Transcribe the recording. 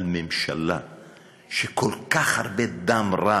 על ממשלה שכל כך הרבה דם רע